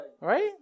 Right